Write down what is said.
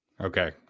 Okay